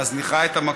מזניחה את המקום?